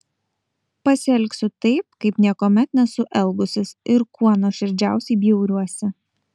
pasielgsiu taip kaip niekuomet nesu elgusis ir kuo nuoširdžiausiai bjauriuosi